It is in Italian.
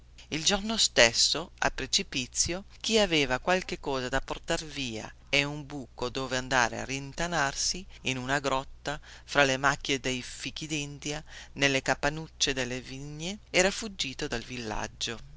il giorno stesso a precipizio chi aveva qualche cosa da portar via e un buco dove andare a rintanarsi in una grotta fra le macchie dei fichidindia nelle capannucce delle vigne era fuggito dal villaggio